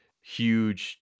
huge